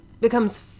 becomes